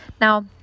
Now